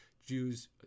Jews